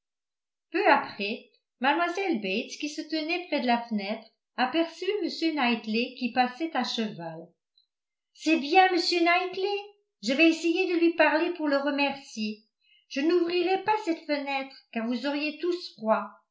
peu après mlle bates qui se tenait près de la fenêtre aperçut m knightley qui passait à cheval c'est bien m knightley je vais essayer de lui parler pour le remercier je n'ouvrirai pas cette fenêtre car vous auriez tous froid